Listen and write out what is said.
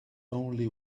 only